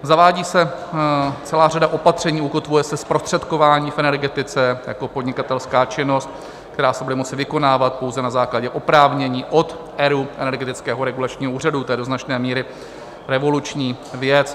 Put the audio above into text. Zavádí se celá řada opatření, ukotvuje se zprostředkování v energetice jako podnikatelská činnost, která se bude moci vykonávat pouze na základě oprávnění od ERÚ, Energetického regulačního úřadu to je do značné míry revoluční věc.